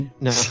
no